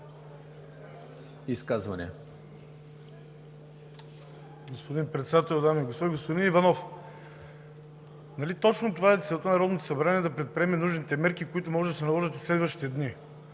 (ОП): Господин Председател, дами и господа! Господин Иванов, нали точно това е целта – Народното събрание да предприеме нужните мерки, които може да се наложат и в следващите дни?